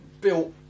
built